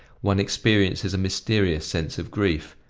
one experiences a mysterious sense of grief,